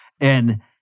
And-